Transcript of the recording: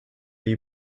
you